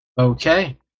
Okay